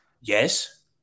Yes